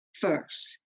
first